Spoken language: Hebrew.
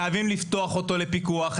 חייבים לפתוח אותו לפיקוח,